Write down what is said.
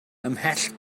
ymhell